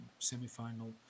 semifinal